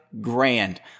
grand